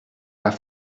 pas